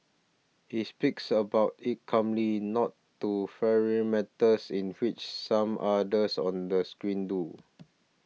he speaks about it calmly not to fiery matters in which some others on the screen do